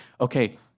okay